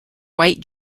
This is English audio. white